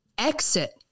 exit